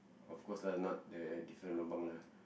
of course lah not the different lobang lah